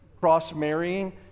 cross-marrying